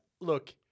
Look